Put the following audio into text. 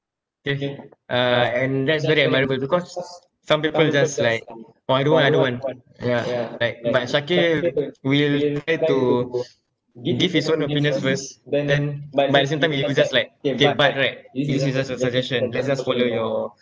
K uh and that's very admirable because some people just like orh I don't want I don't want ya like but shaqir will try to give his own opinions first then but at the same time he will just like take part right give his uh suggestion not just follow your